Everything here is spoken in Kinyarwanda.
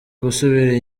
gusubira